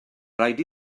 rhaid